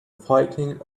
fighting